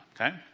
okay